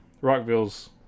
Rockville's